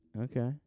Okay